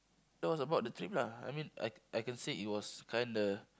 that was about the trip lah I mean I I can said it was kinda